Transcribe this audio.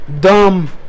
dumb